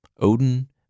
Odin